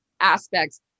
aspects